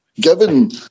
given